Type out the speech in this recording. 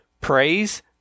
praise